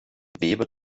weber